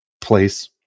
place